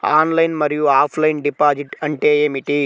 Online మరియు offline deposit అంటే ఏమిటి?